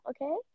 okay